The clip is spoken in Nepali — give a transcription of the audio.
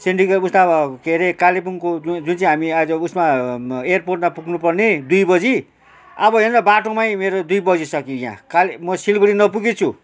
सेन्टिकेट उता के अरे कालेबुङको जुन चाहिँ हामी आज उयासमा एयरपोर्टमा पुग्नु पर्ने दुई बजी अब हेर्नु न बाटोमै मेरो दुई बजिसक्यो यहाँ म का सिलगढी नपुगि छु